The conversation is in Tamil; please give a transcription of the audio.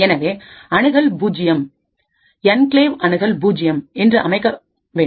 என்கிளேவ் அணுகல் பூஜ்ஜியம்enclave access0 என்று அமைக்க வேண்டும்